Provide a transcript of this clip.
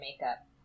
makeup